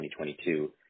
2022